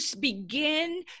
begin